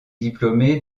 diplômé